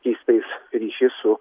keistais ryšiais su